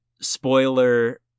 spoiler